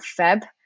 feb